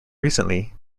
recently